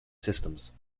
systems